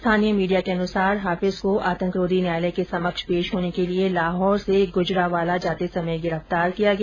स्थानीय मीडिया के अनुसार हाफिज को आतंकरोधी न्यायालय के समक्ष पेश होने के लिए लाहौर से गुजरांवाला जाते समय गिरफ्तार किया गया